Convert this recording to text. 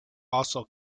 also